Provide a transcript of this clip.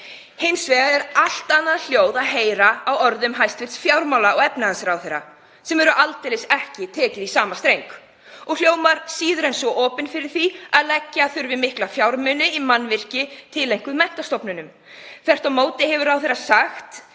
Hins vegar er allt annað að heyra á hæstv. fjármála- og efnahagsráðherra sem tekur aldeilis ekki í sama streng og hljómar síður en svo opinn fyrir því að leggja þurfi mikla fjármuni í mannvirki tileinkuð menntastofnunum. Þvert á móti hefur ráðherra sagt